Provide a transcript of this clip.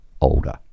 older